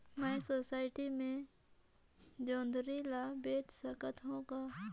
मैं सोसायटी मे जोंदरी ला बेच सकत हो का?